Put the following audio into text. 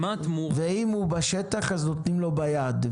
אם הוא בשטח, נותנים לו ביד.